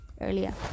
earlier